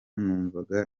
numvaga